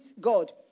God